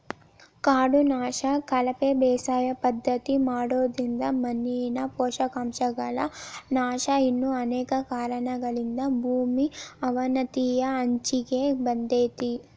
ಕಾಡು ನಾಶ, ಕಳಪೆ ಬೇಸಾಯ ಪದ್ಧತಿ ಮಾಡೋದ್ರಿಂದ ಮಣ್ಣಿನ ಪೋಷಕಾಂಶಗಳ ನಾಶ ಇನ್ನು ಅನೇಕ ಕಾರಣಗಳಿಂದ ಭೂಮಿ ಅವನತಿಯ ಅಂಚಿಗೆ ಬಂದೇತಿ